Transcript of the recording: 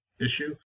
issue